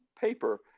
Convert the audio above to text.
paper